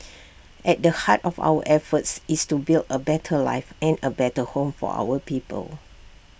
at the heart of our efforts is to build A better life and A better home for our people